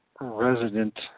resident